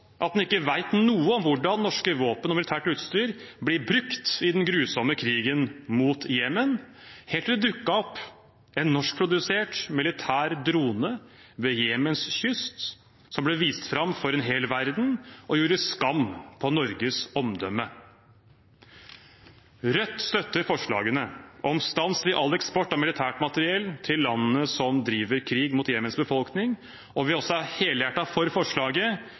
at den ikke vet noe om hvordan norske våpen og militært utstyr blir brukt i den grusomme krigen mot Jemen – helt til det dukket opp en norskprodusert militær drone ved Jemens kyst som ble vist fram for en hel verden og gjorde skam på Norges omdømme. Rødt støtter forslagene om stans i all eksport av militært materiell til landene som driver krig mot Jemens befolkning, og vi er også helhjertet for forslaget